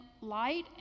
light